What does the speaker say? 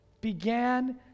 began